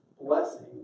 blessing